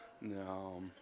No